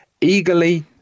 eagerly